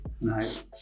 Nice